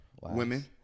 women